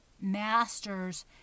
masters